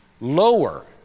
lower